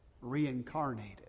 Reincarnated